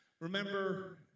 Remember